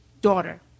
Daughter